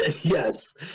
Yes